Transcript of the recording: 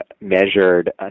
measured